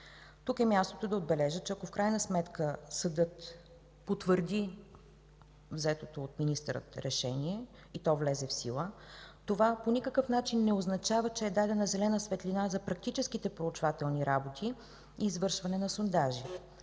Тук е мястото да отбележа, че ако в крайна сметка съдът потвърди взетото от министъра решение и то влезе в сила, това по никакъв начин не означава, че е дадена зелена светлина за практическите проучвателни работи и извършване на сондажи.